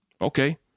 okay